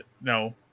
No